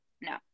no